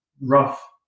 rough